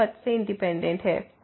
यह पथ से इंडिपेंडेंट है